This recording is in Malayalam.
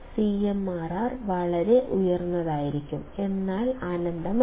എന്റെ CMRR വളരെ ഉയർന്നതായിരിക്കും എന്നാൽ അനന്തമല്ല